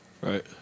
right